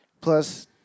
plus